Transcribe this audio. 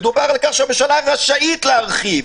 מדובר על כך שהממשלה רשאית להרחיב,